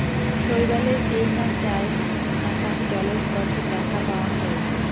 শৈবালের এইনা চাইর নাকান জলজ গছের দ্যাখ্যা পাওয়াং যাই